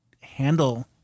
handle